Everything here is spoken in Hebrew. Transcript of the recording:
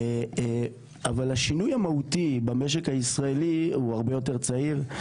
אבל השינוי המהותי במשק הישראלי הוא הרבה יותר צעיר.